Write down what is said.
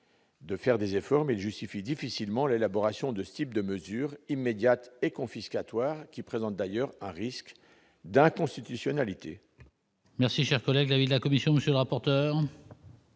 de faire des efforts, mais justifient difficilement l'élaboration de ce type de mesures immédiates et confiscatoire qui présente d'ailleurs un risque d'inconstitutionnalité.